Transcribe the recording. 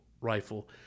rifle